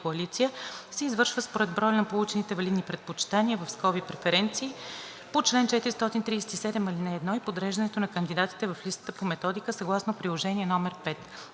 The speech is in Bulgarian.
коалиция се извършва според броя на получените валидни предпочитания (преференции) по чл. 437, ал. 4 и подреждането на кандидатите в листата по методика съгласно приложение № 5.